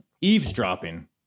Eavesdropping